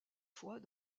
fois